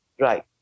Right